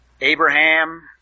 Abraham